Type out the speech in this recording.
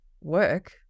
work